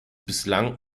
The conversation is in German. bislang